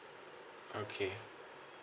okay